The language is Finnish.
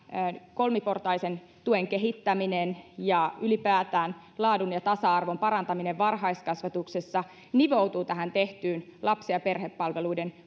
kolmiportaisen tuen kehittäminen ja ylipäätään laadun ja tasa arvon parantaminen varhaiskasvatuksessa nivoutuvat tähän tehtyyn lapsi ja perhepalveluiden